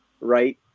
right